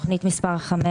תוכנית 5,